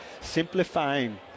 simplifying